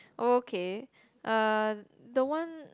oh K uh the one